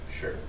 Sure